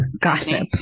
Gossip